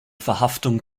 verhaftung